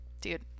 dude